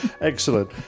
Excellent